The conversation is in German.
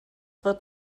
wird